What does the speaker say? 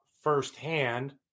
firsthand